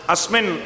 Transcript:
Asmin